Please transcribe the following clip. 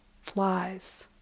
flies